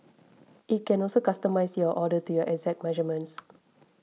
it can also customise your order to your exact measurements